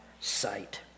sight